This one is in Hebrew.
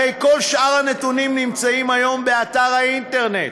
הרי כל שאר הנתונים נמצאים היום באתר האינטרנט.